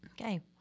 Okay